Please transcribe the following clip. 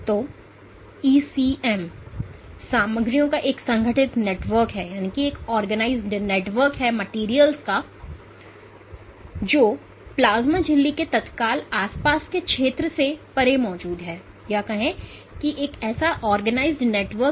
तो ईसीएम सामग्रियों का एक संगठित नेटवर्क है जो प्लाज्मा झिल्ली के तत्काल आसपास के क्षेत्र से परे मौजूद है